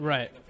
Right